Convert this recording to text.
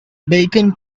bacon